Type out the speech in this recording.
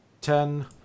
Ten